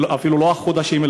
אפילו לא החודשים,